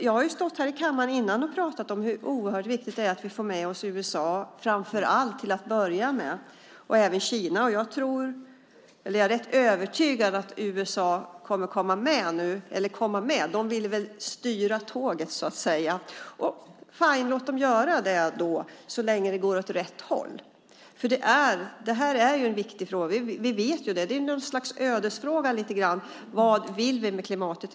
Jag har stått här i kammaren tidigare och pratat om hur viktigt det är att vi får med oss framför allt USA, till att börja med, och även Kina. Jag är rätt övertygad om att USA kommer att komma med. De vill väl styra tåget, så att säga. Låt dem göra det då, så länge det går åt rätt håll. Det här är en viktig fråga. Vi vet det. Det är något slags ödesfråga. Vad vill vi med klimatet?